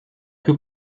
più